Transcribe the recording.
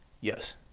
Yes